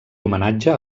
homenatge